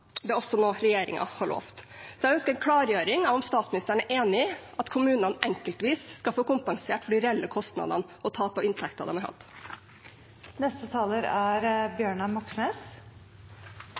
Det er også noe regjeringen har lovet, så jeg ønsker en klargjøring av om statsministeren er enig i at kommunene enkeltvis skal få kompensert de reelle kostnadene og tap av inntekter de har hatt. Det er